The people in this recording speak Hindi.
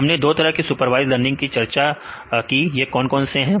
तो हमने दो तरह के सुपरवाइज लर्निंग की चर्चा की तो यह कौन कौन से हैं